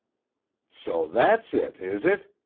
so that's it, is it?